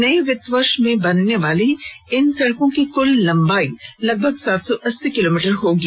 नए वित्तीय वर्ष में बनने वाली इन सड़कों की कुल लम्बाई लगभग सात सौ अस्सी किलोमीटर होगी